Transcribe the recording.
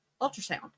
ultrasound